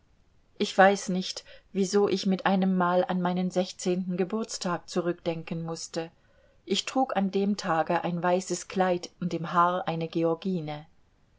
ich weiß nicht wieso ich mit einem mal an meinen sechzehnten geburtstag zurückdenken mußte ich trug an dem tage ein weißes kleid und im haar eine georgine